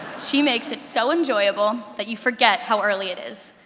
she makes it so enjoyable that you forget how early it is.